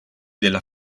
della